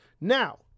Now